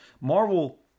Marvel